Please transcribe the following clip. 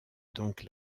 donc